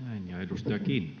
[Speech 170]